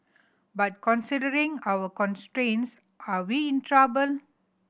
but considering our constraints are we in trouble